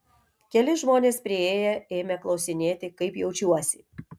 keli žmonės priėję ėmė klausinėti kaip jaučiuosi